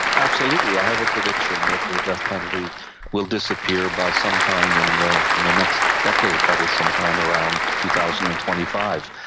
absolutely. i have a prediction that the death penalty will disappear by some time in the next decade, that is some time around two thousand and twenty five.